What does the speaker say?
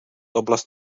oblast